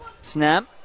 Snap